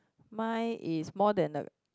mine is more than the